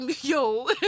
yo